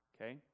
Okay